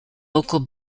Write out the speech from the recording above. local